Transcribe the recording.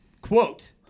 Quote